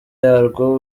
yarwo